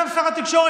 גם שר התקשורת,